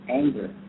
anger